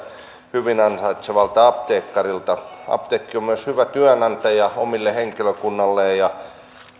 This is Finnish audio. hyvin ansaitsevalta apteekkarilta apteekki on myös hyvä työnantaja omalle henkilökunnalleen ja